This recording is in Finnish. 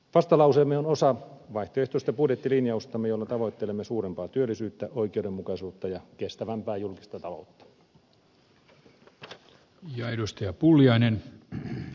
vastalauseemme on osa vaihtoehtoista budjettilinjaustamme jolla tavoittelemme suurempaa työllisyyttä oikeudenmukaisuutta ja kestävämpää julkista taloutta